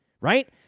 right